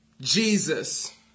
Jesus